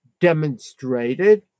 demonstrated